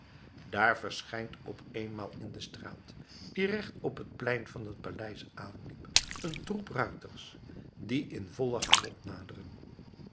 daar verschijnt op eenmaal in de straat die regt op het plein van het paleis aanliep een troep ruiters die in vollen galop naderen